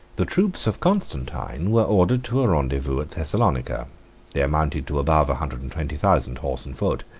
the troops of constantine were ordered to a rendezvous at thessalonica they amounted to above a hundred and twenty thousand horse and foot.